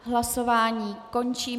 Hlasování končím.